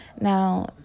now